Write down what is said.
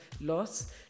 loss